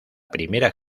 primera